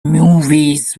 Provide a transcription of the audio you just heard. movies